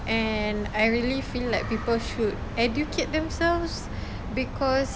and I really feel like people should educate themselves because